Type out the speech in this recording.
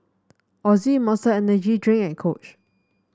Ozi Monster Energy Drink and Coach